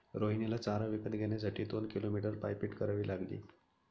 रोहिणीला चारा विकत घेण्यासाठी दोन किलोमीटर पायपीट करावी लागली